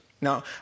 Now